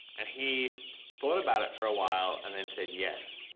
and he thought about it for a while and then said yes,